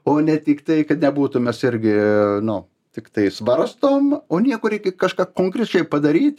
o ne tiktai kad nebūtų mes irgi nu tiktai svarstom o nieko reikia kažką konkrečiai padaryt